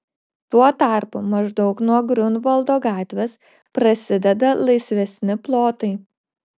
tuo tarpu maždaug nuo griunvaldo gatvės prasideda laisvesni plotai